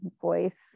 voice